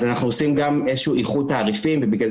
אז אנחנו עושים גם איזה שהוא איחוד תעריפים ובגלל